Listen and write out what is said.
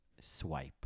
swipe